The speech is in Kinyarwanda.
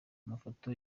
amafoto